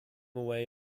away